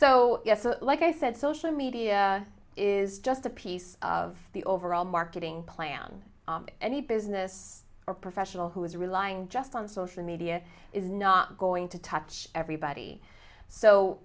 so yes like i said social media is just a piece of the overall marketing plan any business or professional who is relying just on social media is not going to touch everybody so